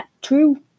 true